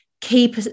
keep